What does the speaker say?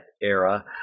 era